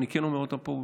ואני כן אומר אותם פה,